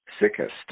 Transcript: sickest